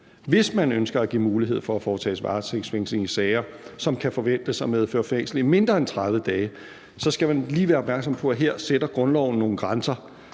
Hvis man ønsker at give mulighed for, at der foretages varetægtsfængsling i sager, som kan forventes at medføre fængsel i mindre end 30 dage, så skal man lige være opmærksom på, at grundloven her sætter nogle grænser.